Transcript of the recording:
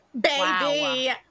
baby